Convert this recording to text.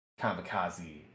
kamikaze